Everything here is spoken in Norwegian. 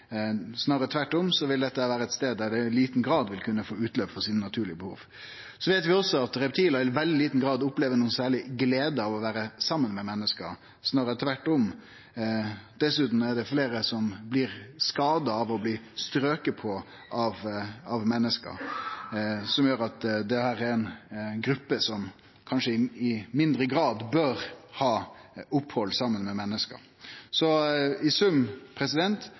Snarare tvert om vil dette vere ein stad kor dei i liten grad vil kunne få utløp for sine naturlege behov. Vi veit også at reptila i veldig liten grad opplever noko særleg glede av å vere saman med menneske. Snarare tvert om. Dessutan er det fleire som blir skadde av å bli strokne på av menneske, noko som gjer at dette er ei gruppe som kanskje i mindre grad bør opphalde seg saman med menneske. I sum